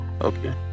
Okay